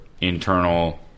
internal